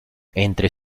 entre